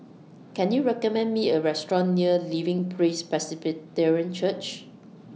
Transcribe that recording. Can YOU recommend Me A Restaurant near Living Praise Presbyterian Church